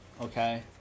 Okay